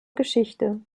geschichte